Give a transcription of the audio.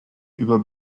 über